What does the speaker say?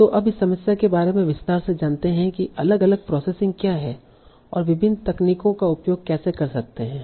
तो अब इस समस्या के बारे में विस्तार से जानते हैं कि अलग अलग प्रोसेसिंग क्या हैं और विभिन्न तकनीकों का उपयोग केसे कर सकते हैं